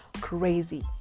crazy